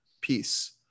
peace